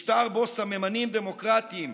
משטר שבו סממנים דמוקרטיים,